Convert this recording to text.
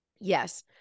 yes